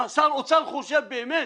שר האוצר חושב באמת